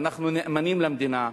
ואנחנו נאמנים למדינה,